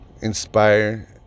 inspire